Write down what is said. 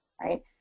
right